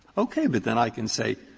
okay? but then i can say,